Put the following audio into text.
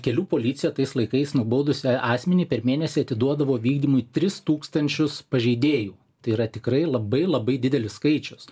kelių policija tais laikais nubaudusi asmenį per mėnesį atiduodavo vykdymui tris tūkstančius pažeidėjų tai yra tikrai labai labai didelis skaičius